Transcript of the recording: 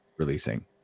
releasing